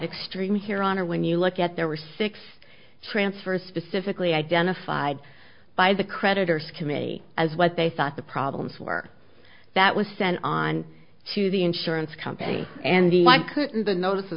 extreme here on or when you look at there were six transfer specifically identified by the creditors committee as what they thought the problems were that was sent on to the insurance company and my current in the notice